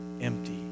empty